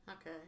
Okay